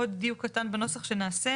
עוד דיוק קטן בנוסח שנעשה.